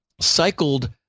cycled